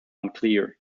unclear